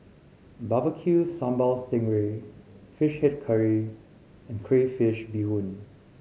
bbq sambal sting ray Fish Head Curry and crayfish beehoon